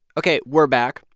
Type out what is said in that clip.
ok, we're back.